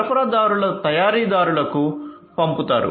సరఫరాదారులు తయారీదారులకు పంపుతారు